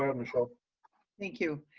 ah michelle thank you.